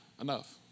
Enough